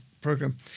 program